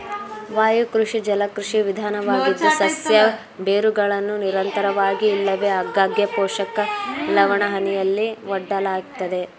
ವಾಯುಕೃಷಿ ಜಲಕೃಷಿ ವಿಧಾನವಾಗಿದ್ದು ಸಸ್ಯ ಬೇರುಗಳನ್ನು ನಿರಂತರವಾಗಿ ಇಲ್ಲವೆ ಆಗಾಗ್ಗೆ ಪೋಷಕ ಲವಣಹನಿಯಲ್ಲಿ ಒಡ್ಡಲಾಗ್ತದೆ